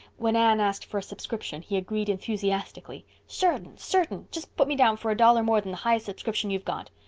when anne asked for a subscription he agreed enthusiastically. certain, certain. just put me down for a dollar more than the highest subscription you've got.